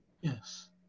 yes